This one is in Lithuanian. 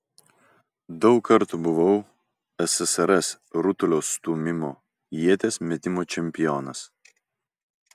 daug kartų buvau ssrs rutulio stūmimo ieties metimo čempionas